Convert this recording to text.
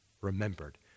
remembered